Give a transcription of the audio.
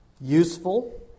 useful